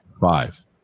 Five